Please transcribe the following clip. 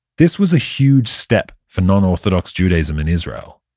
this was a huge step for non-orthodox judaism in israel.